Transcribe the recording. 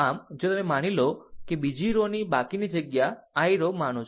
આમ જો તમે માની લો કે બીજી રો ની બાકીની જગ્યા i રો માનું છું